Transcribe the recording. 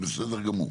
זה בסדר גמור,